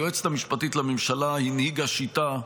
היועצת המשפטית לממשלה הנהיגה שיטה,